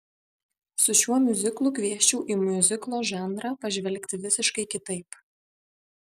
su šiuo miuziklu kviesčiau į miuziklo žanrą pažvelgti visiškai kitaip